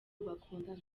bakundana